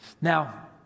Now